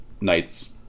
knights